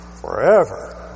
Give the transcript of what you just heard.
forever